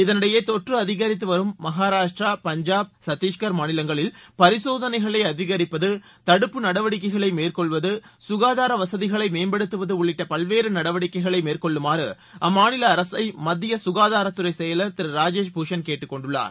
இதனிடையே தொற்று அதிகரித்து வரும் மஹாராஷ்டிரா பஞ்சாப் சதீஸ்கர் மாநிலங்களில் பரிசோனைகளை அதிகரிப்பது தடுப்பு நடவடிக்கைகளை மேற்கொள்வது ககாதார வசதிகளை மேம்படுத்துவது உள்ளிட்ட பல்வேறு நடவடிக்கைகளை மேற்கொள்ளுமாறு அம்மாநில அரசுகளை மத்திய ககாதாரத்துறை செயலர் திரு ராஜேஷ் பூஷன் கேட்டுக் கொண்டுள்ளார்